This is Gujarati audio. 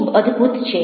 તે ખૂબ અદ્ભુત છે